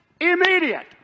immediate